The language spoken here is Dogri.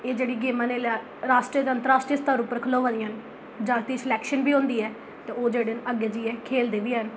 एह् जेह्डियां गेमां न इस बेल्लै राश्ट्री स्तर पर खलोआ दियां न जागतें दी सलैक्शन बी होंदी ऐ ते ओह् जेह्ड़े न अग्गै जाइयै खेढदे बी हैन